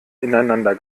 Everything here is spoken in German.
ineinander